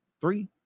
three